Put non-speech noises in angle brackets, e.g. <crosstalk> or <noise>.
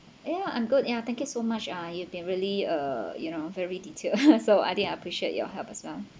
ya ya I'm good yeah thank you so much uh you've been really uh you know very detailed <laughs> so I think I appreciate your help as well